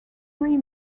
three